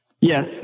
Yes